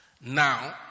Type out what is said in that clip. Now